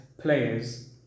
players